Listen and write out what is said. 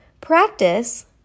Practice